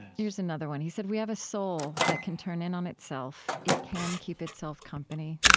here's another one. he said, we have a soul that can turn in on itself. it can keep itself company.